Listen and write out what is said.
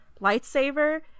lightsaber